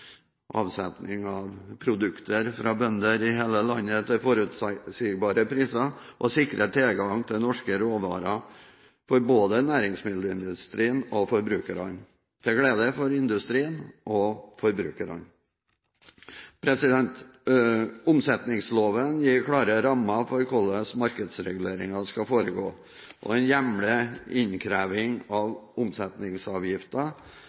og sikre tilgang til norske råvarer for både næringsmiddelindustrien og forbrukerne – til glede for industrien og forbrukerne. Omsetningsloven gir klare rammer for hvordan markedsreguleringen skal foregå, og den hjemler innkreving